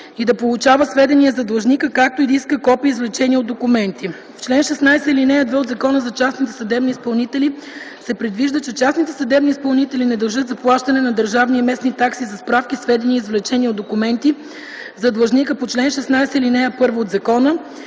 и да получава сведения за длъжника, както и да иска копия и извлечения от документи. В чл. 16, ал. 2 от Закона за частните съдебни изпълнители се предвижда, че частните съдебни изпълнители не дължат заплащане на държавни и местни такси за справки, сведения и извлечения от документи за длъжника по чл. 16, ал. 1 от закона